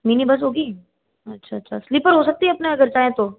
mini bus होगी अच्छा अच्छा स्लीपर हो सकती है अपने अगर चाहें तो